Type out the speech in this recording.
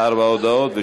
שתי הודעות.